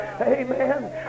Amen